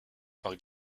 par